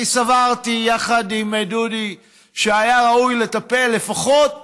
אני סברתי, יחד עם דודי, שהיה ראוי לטפל לפחות